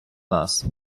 нас